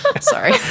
sorry